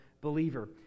believer